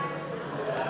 ההצעה